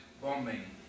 bombing